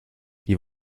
die